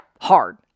hard